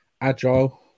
agile